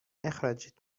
اخراجت